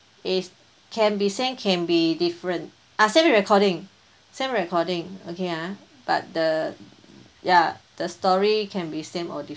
is can be same can be different ah same recording same recording okay ah but the ya the story can be same or